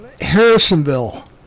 Harrisonville